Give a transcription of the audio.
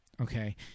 okay